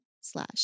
slash